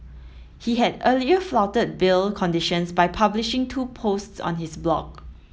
he had earlier flouted bail conditions by publishing two posts on his blog